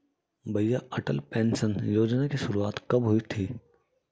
भैया अटल पेंशन योजना की शुरुआत कब हुई थी?